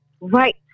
Right